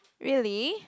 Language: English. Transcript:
really